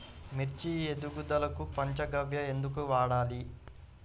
మిర్చి ఎదుగుదలకు పంచ గవ్య ఎందుకు వాడాలి?